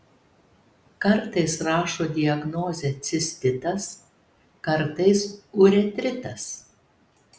kartais rašo diagnozę cistitas kartais uretritas